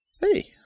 Hey